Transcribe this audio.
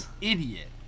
idiot